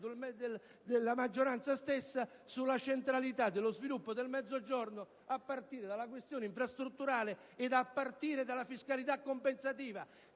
della maggioranza stessa sulla centralità dello sviluppo del Mezzogiorno, a partire della questione infrastrutturale e dalla fiscalità compensativa,